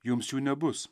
jums jų nebus